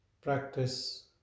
Practice